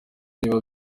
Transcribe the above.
niba